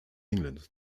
england